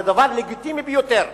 זה דבר לגיטימי ביותר.